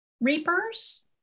reapers